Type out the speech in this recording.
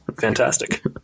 fantastic